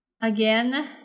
again